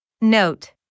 Note